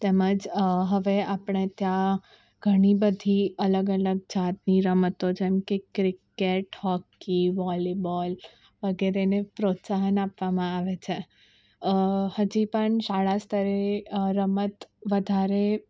તેમજ હવે આપણે ત્યાં ઘણી બધી અલગ અલગ જાતની રમતો જેમ કે ક્રિકેટ હોકી વોલીબોલ વગેરેને પ્રોત્સાહન આપવામાં આવે છે હજી પણ શાળા સ્તરે રમત વધારે